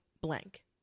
blank